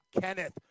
Kenneth